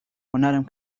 هنرم